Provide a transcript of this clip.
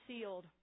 sealed